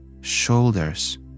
shoulders